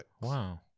Wow